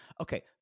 Okay